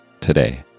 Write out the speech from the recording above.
today